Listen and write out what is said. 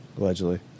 Allegedly